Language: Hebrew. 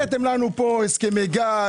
הראיתם לנו כאן הסכמי גג,